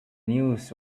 news